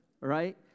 Right